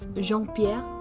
Jean-Pierre